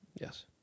Yes